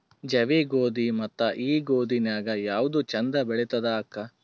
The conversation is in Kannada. ಜವಿ ಗೋಧಿ ಮತ್ತ ಈ ಗೋಧಿ ನ್ಯಾಗ ಯಾವ್ದು ಛಂದ ಬೆಳಿತದ ಅಕ್ಕಾ?